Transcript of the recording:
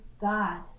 God